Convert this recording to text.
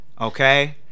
Okay